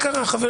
(3ב)